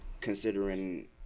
considering